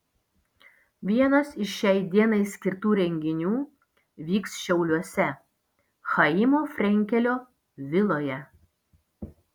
vienas iš šiai dienai skirtų renginių vyks šiauliuose chaimo frenkelio viloje